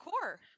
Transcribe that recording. core